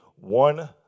one